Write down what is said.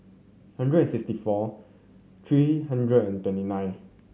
hundred and sixty four three hundred and twenty nine